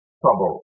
trouble